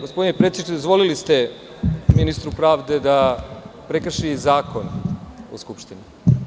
Gospodine predsedniče, dozvolili ste ministru pravde da prekrši Zakon o Skupštini.